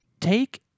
Take